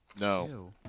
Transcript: No